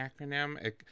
acronym